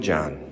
John